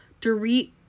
dorit